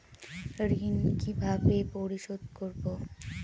ঋণ কিভাবে পরিশোধ করব?